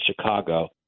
Chicago